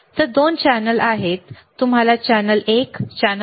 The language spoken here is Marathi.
तर 2 चॅनेल आहेत तुम्हाला चॅनेल एक चॅनेल 2 दिसत असेल बरोबर